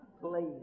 Please